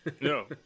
No